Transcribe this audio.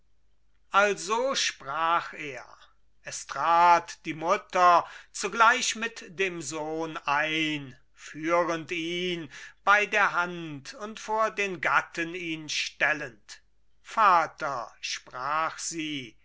also sprach er es trat die mutter zugleich mit dem sohn ein führend ihn bei der hand und vor den gatten ihn stellend vater sprach sie